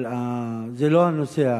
אבל זה לא הנושא.